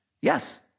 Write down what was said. Yes